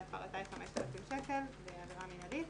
שהפרתה היא 5,000 שקל ועבירה מנהלית